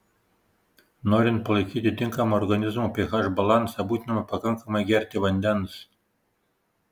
norint palaikyti tinkamą organizmo ph balansą būtina pakankamai gerti vandens